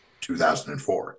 2004